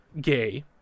gay